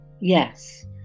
Yes